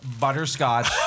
butterscotch